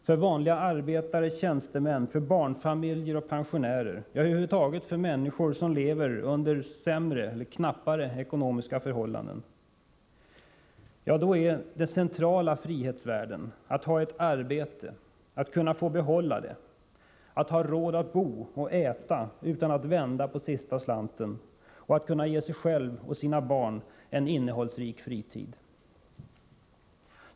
För vanliga arbetare och tjänstemän, för barnfamiljer och pensionärer — ja, över huvud taget för människor som lever under knappare ekonomiska förhållanden är det centrala frihetsvärden att ha ett arbete, att kunna få behålla detta, att ha råd att bo och äta utan att vända på den sista slanten och att kunna ge sig själv och sina barn en innehållsrik fritid.